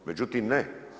Međutim ne.